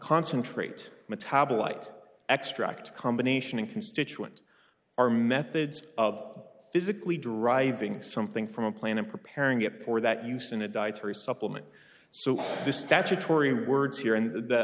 concentrate metabolite extract combination and constituent are methods of physically driving something from a plan and preparing it for that use in a dietary supplement so this statutory words here in the